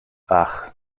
ach